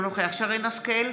אינו נוכח שרן מרים השכל,